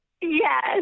Yes